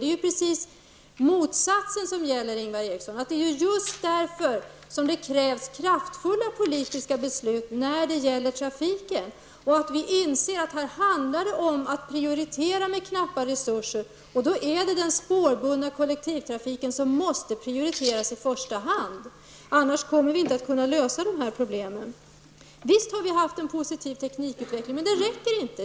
Det är precis motsatsen som gäller, Ingvar Eriksson. Det är just därför som det krävs kraftfulla politiska beslut om trafiken. Här handlar det om att prioritera med knappa resurser. Då är det den spårbundna kollektivtrafiken som måste prioriteras i första hand. Annars går det inte att lösa dessa problem. Visst har vi haft en positiv teknikutveckling. Men det räcker inte.